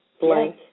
blank